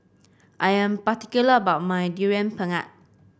I am particular about my Durian Pengat